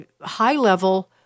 high-level